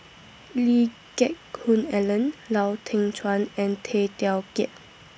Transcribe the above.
Lee Geck Hoon Ellen Lau Teng Chuan and Tay Teow Kiat